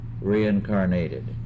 reincarnated